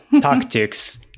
tactics